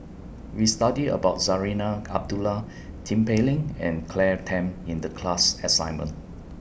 We studied about Zarinah Abdullah Tin Pei Ling and Claire Tham in The class assignment